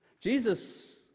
Jesus